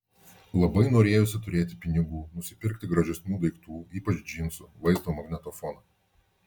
labai norėjosi turėti pinigų nusipirkti gražesnių daiktų ypač džinsų vaizdo magnetofoną